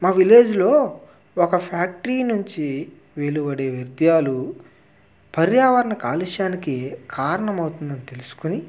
మా విలేజ్లో ఒక ఫ్యాక్టరీ నుంచి వెలువడే వ్యర్థాలు పర్యావరణ కాలుష్యానికి కారణమవుతుందని తెలుసుకుని